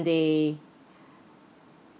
they